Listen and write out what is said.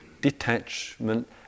detachment